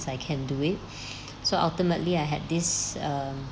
I can do it so ultimately I had this um